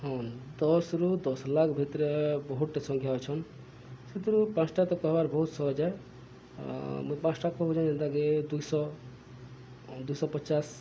ହଁ ଦଶରୁୁ ଦଶ ଲକ୍ଷ ଭିତରେ ବହୁତଟେ ସଂଖ୍ୟା ଅଛନ୍ ସେଥିରୁ ପାଞ୍ଚଟା ତ କହିବାର୍ ବହୁତ ସହଜ ମୁଇଁ ପାଞ୍ଚଟା କହୁଛନ୍ ଯେନ୍ତାକି ଦୁଇଶହ ଦୁଇଶହ ପଚାଶ